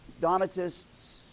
Donatists